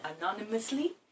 anonymously